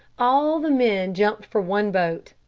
all the men jumped for one boat.